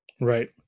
Right